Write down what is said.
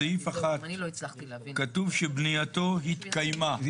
בסעיף 1 כתוב שבנייתו ההתקיימה.